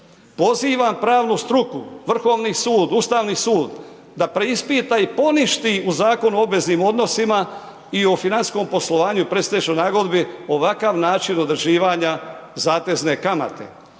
Pozivan pravnu struku, Vrhovni sud, Ustavni sud da preispita i poništi u Zakonu o obveznim odnosima i o financijskom poslovanju i predstečajnoj nagodbi ovakav način određivanja zatezne kamate.